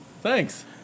thanks